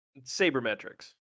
Sabermetrics